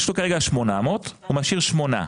יש לו כרגע 800 והוא משאיר שמונה.